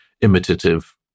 imitative